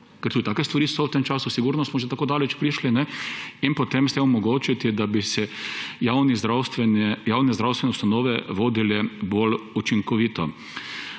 ker tudi take stvari so v tem času, sigurno smo že tako daleč prišli, in potem s tem omogočiti, da bi se javne zdravstvene ustanove vodile bolj učinkovito.